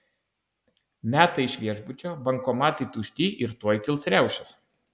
meta iš viešbučio bankomatai tušti ir tuoj kils riaušės